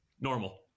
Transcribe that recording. Normal